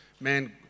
man